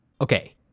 Okay